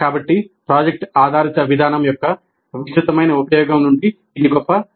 కాబట్టి ప్రాజెక్ట్ ఆధారిత విధానం యొక్క విస్తృతమైన ఉపయోగం నుండి ఇది గొప్ప ప్రయోజనం